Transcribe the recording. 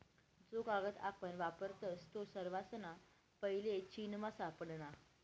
जो कागद आपण वापरतस तो सर्वासना पैले चीनमा सापडना